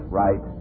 right